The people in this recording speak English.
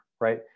right